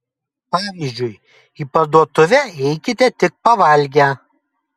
pavyzdžiui į parduotuvę eikite tik pavalgę